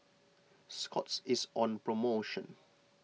Scott's is on promotion